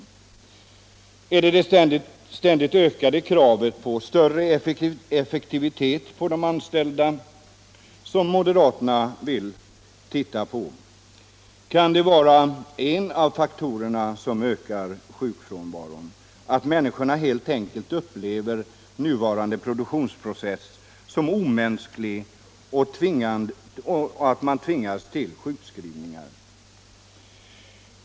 Vill moderaterna se på det ständigt ökade kravet på effektivitet hos de anställda? Kan det vara en av de faktorer som ökar sjukfrånvaron, att människorna helt enkelt upplever nuvarande produktionsprocess som omänsklig och tvingas till sjukskrivningar?